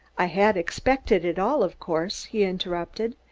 i had expected it all, of course, he interrupted,